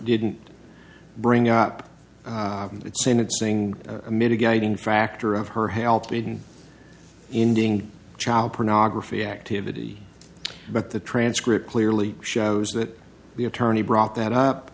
didn't bring up that sentencing a mitigating factor of her help in ending child pornography activity but the transcript clearly shows that the attorney brought that up